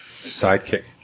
Sidekick